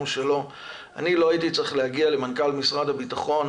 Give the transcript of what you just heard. שלו אני לא הייתי צריך להגיע למנכ"ל משרד הביטחון